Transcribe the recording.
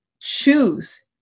choose